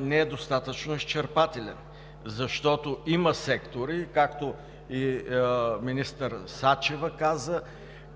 не е достатъчно изчерпателен, защото има сектори, както и министър Сачева каза,